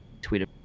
tweeted